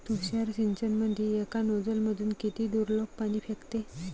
तुषार सिंचनमंदी एका नोजल मधून किती दुरलोक पाणी फेकते?